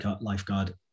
lifeguard